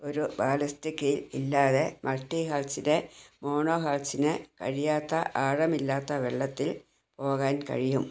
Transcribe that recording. ഒരു ballast keel ഇല്ലാതെ മൾട്ടിഹാൾസിന് മോണോഹാൾസിന് കഴിയാത്ത ആഴമില്ലാത്ത വെള്ളത്തിൽ പോകാൻ കഴിയും